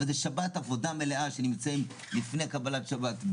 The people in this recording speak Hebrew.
אבל זו שבת עבודה מלאה שנמצאים לפני קבלת שבת,